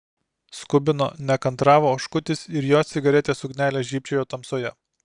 skubino nekantravo oškutis ir jo cigaretės ugnelė žybčiojo tamsoje